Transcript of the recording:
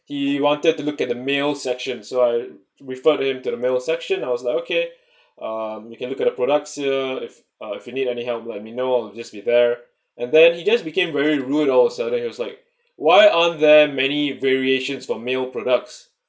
he wanted to look at the male section so I referred him to the male section I was like okay um you can look at the products here if uh if you need any help let me know I'll just be there and then he just became very rude all of a sudden he was like why aren't there many variations for male products